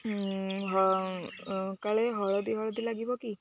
କାଳେ ହଳଦୀ ହଳଦୀ ଲାଗିବ କି